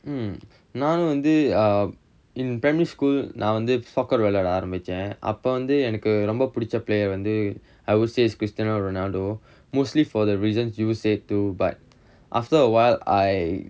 நானும் வந்து:naanum vanthu in primary school நா வந்து:naa vanthu soccer விளையாட ஆரம்பிச்சேன் அப்ப வந்து எனக்கு ரொம்ப பிடிச்ச:vilaiyaada aarambichaen appa vanthu enakku romba pidicha player வந்து:vanthu I would say it's cristiano ronaldo mostly for the reasons you say too but after awhile I